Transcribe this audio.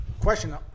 question